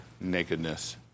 nakedness